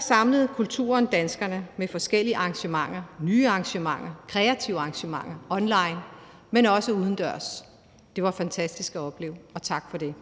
samlede kulturen danskerne med forskellige arrangementer, nye arrangementer, kreative arrangementer, online, men også udendørs. Det var fantastisk at opleve, og tak for det.